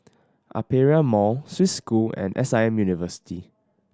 Aperia Mall Swiss School and S I M University